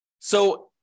So-